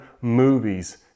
movies